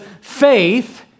faith